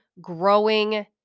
growing